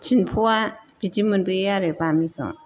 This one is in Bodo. तिन प'वा बिदि मोनबोयो आरो बामिखौ